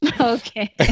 okay